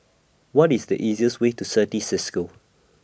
What IS The easiest Way to Certis CISCO